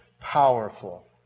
powerful